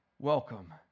welcome